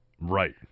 Right